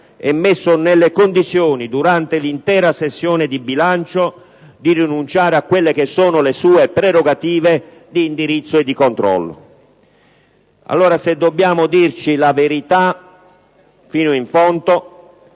e messo nelle condizioni, durante l'intera sessione di bilancio, di rinunciare alle sue prerogative di indirizzo e di controllo. Se dobbiamo dirci la verità fino in fondo: